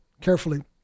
carefully